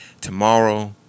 Tomorrow